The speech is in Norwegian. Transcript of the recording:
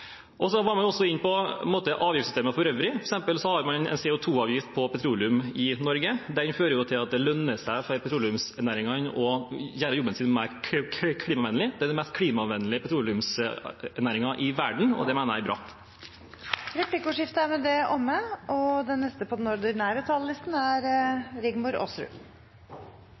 også inne på avgiftssystemet for øvrig. Man har f.eks. en CO 2 -avgift på petroleum i Norge. Den fører til at det lønner seg for petroleumsnæringene å gjøre jobben sin mer klimavennlig. Det er den mest klimavennlige petroleumsnæringen i verden, og det mener jeg er bra. Dermed er replikkordskiftet omme. Takk til komiteen for effektivt samarbeid i forbindelse med behandlingen av denne saken. Arbeiderpartiet vil ha et Norge der grunnleggende velferdstjenester er